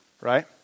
right